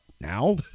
now